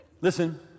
Listen